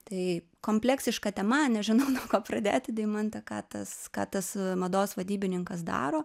tai kompleksiška tema nežinau nuo ko pradėti deimante ką tas ką tas mados vadybininkas daro